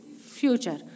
future